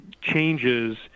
changes